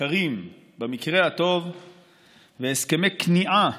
קרים במקרה הטוב והסכמי כניעה